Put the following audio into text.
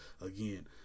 again